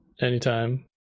anytime